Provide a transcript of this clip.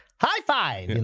high-five